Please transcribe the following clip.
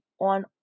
on